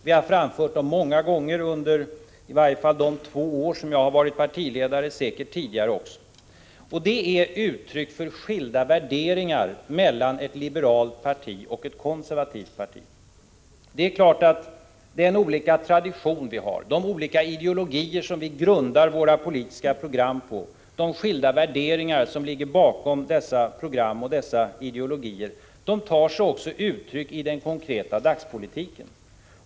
Vi har framhållit dem många gånger, i varje fall under de två år då jag har varit partiledare, och säkert tidigare också. Det är ett uttryck för skilda värderingar mellan ett liberalt parti och ett konservativt parti. Det är klart att traditionen inte är densamma, att det är olika ideologier som vi grundar våra politiska program på. De skilda värderingar som ligger bakom dessa program och dessa ideologier tar sig också uttryck i den konkreta dagspolitiken.